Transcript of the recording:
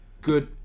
good